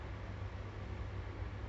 ah I just want to